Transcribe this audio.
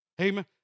Amen